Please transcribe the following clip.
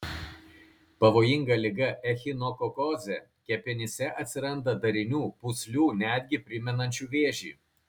pavojinga liga echinokokozė kepenyse atsiranda darinių pūslių netgi primenančių vėžį